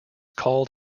called